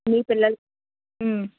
మీ పిల్లలు